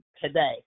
today